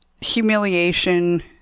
humiliation